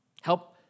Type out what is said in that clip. Help